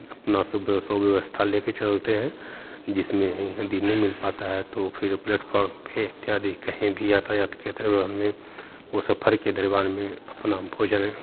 अपना सब व्यवस्था लेके चलते हैं जिसमें यदि नहीं मिल पाता है तो फिर प्लेटफोर्म पे इत्यादि कहीं भी यातायात के दरम्यान में वो सफर के दरम्यान में अपना भोजन